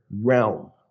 realm